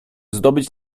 zdobyć